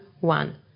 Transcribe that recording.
one